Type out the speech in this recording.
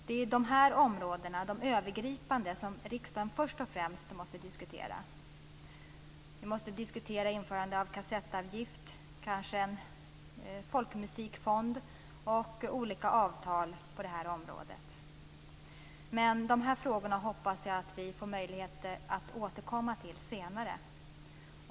Det är de övergripande områdena som riksdagen först och främst måste diskutera. Vi måste diskutera införande av kassettavgift, kanske inrättande av en folkmusikfond och olika avtal på det här området. De här frågorna hoppas jag att vi får möjlighet att återkomma till senare.